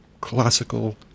classical